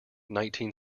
nineteen